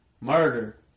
murder